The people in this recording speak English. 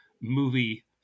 movie